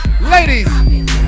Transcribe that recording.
ladies